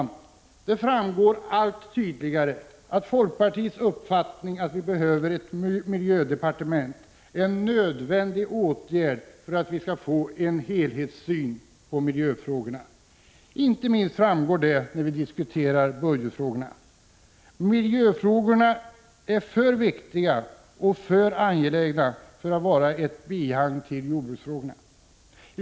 Folkpartiet har den uppfattningen att vi behöver ett miljödepartement, och det framstår allt tydligare att inrättandet av ett sådant är en nödvändig åtgärd för att vi skall kunna få en helhetssyn på miljöfrågorna. Inte minst framgår detta när vi diskuterar budgetfrågorna. Miljöfrågorna är för viktiga och för angelägna för att kunna vara ett bihang till jordbruksfrågorna.